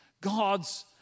God's